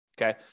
Okay